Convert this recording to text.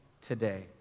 today